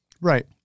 Right